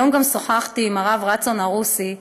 היום גם שוחחתי עם הרב רצון ערוסי,